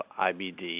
IBD